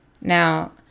Now